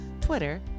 Twitter